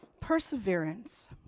Perseverance